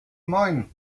moin